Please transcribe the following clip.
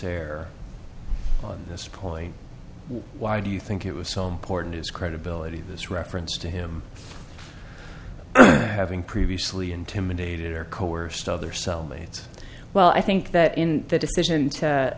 error on this point why do you think it was so important his credibility this reference to him having previously intimidated or coerced other cellmates well i think that in the decision